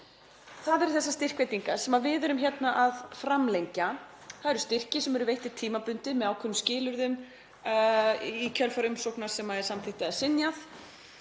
Það eru þessar styrkveitingar sem við erum að framlengja, það eru styrkir sem eru veittir tímabundið með ákveðnum skilyrðum í kjölfar umsóknar sem er samþykkt eða synjað.